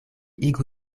igu